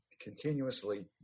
continuously